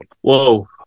whoa